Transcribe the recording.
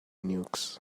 nukes